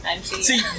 See